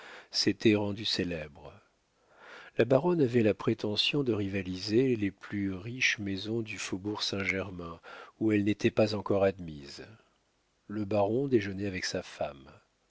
s'était rendue célèbre la baronne avait la prétention de rivaliser les plus riches maisons du faubourg saint-germain où elle n'était pas encore admise le baron déjeunait avec sa femme